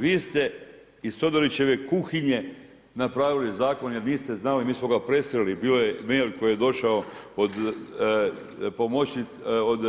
Vi ste iz todorićeve kuhinje napravili Zakon jer niste znali, mi smo ga presreli, bilo je mail koji je došao od pomoćnice, od